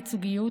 ייצוגיות,